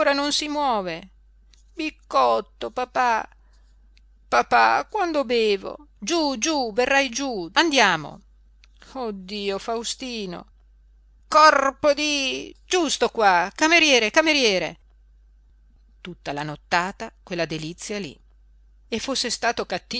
non si muove biccotto papà papà quando bevo giú giú berrai giú andiamo oh dio faustino corpo di giusto qua cameriere cameriere tutta la nottata quella delizia lí e fosse stato